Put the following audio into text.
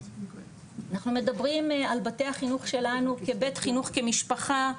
אנחנו מדברים על בתי החינוך שלנו כבית חינוך כמשפחה,